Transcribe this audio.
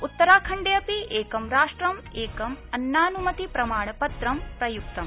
उत्तराखण्डे अपि एकं राष्ट्रं एकं अन्नान्मति प्रमाणपत्रम् प्रय्क्तम्